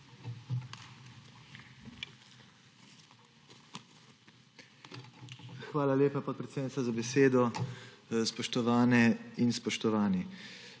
Hvala lepa, podpredsednica, za besedo. Spoštovane in spoštovani!